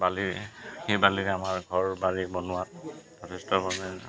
বালি সেই বালিৰে আমাৰ ঘৰৰ বালি বনোৱাত যথেষ্ট মানে